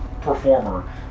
performer